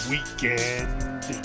Weekend